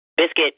Biscuit